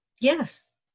Yes